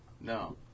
No